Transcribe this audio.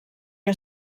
que